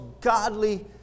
godly